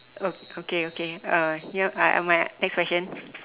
oh okay okay uh ya uh my next question